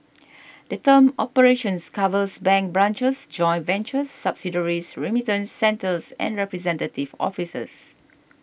the term operations covers bank branches joint ventures subsidiaries remittance centres and representative offices